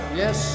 yes